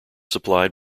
supplied